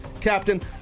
captain